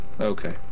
Okay